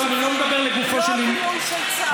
לא פינוי של צה"ל,